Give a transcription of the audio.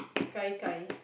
gai-gai